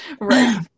right